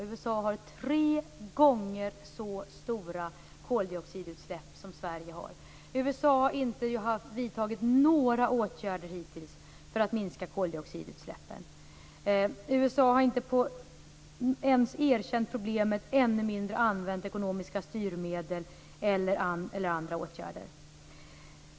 USA har tre gånger så stora koldioxidutsläpp som Sverige har. USA har över huvud taget inte vidtagit några åtgärder hittills för att minska koldioxidutsläppen. USA har inte erkänt problemet och ännu mindre använt ekonomiska styrmedel eller vidtagit andra åtgärder.